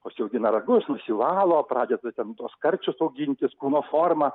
užsiaugina ragus nusivalo pradeda ten tuos karčius augintis kūno forma